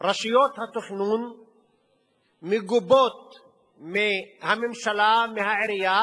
רשויות התכנון מגובות מהממשלה, מהעירייה,